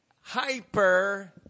hyper